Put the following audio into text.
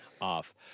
off